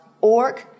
org